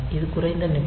இது குறைந்த நிப்பிள்